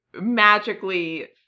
magically